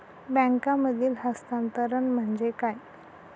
बँकांमधील हस्तांतरण म्हणजे काय?